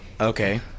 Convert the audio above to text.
Okay